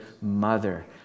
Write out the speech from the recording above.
mother